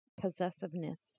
possessiveness